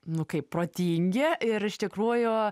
nu kaip protingi ir iš tikrųjų